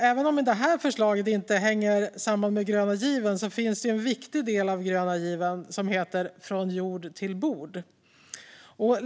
Även om det här förslaget inte specifikt hänger samman med den gröna given finns det en viktig del av den gröna given som heter från jord till bord.